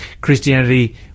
Christianity